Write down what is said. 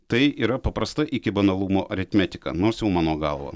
tai yra paprasta iki banalumo aritmetika nors jau mano galva